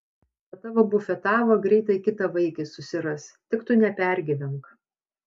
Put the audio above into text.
ta tavo bufetava greitai kitą vaikį susiras tik tu nepergyvenk